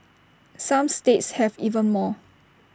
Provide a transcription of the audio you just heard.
some states have even more